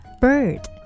Bird